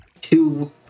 two